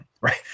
right